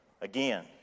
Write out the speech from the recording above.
Again